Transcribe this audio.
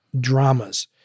dramas